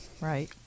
right